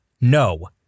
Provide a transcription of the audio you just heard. No